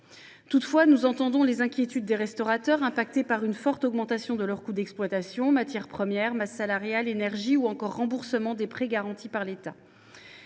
Toutefois, nous entendons les inquiétudes des restaurateurs, victimes d’une forte augmentation de leurs coûts d’exploitation – matières premières, masse salariale, énergie ou encore remboursement des prêts garantis par l’État